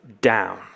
down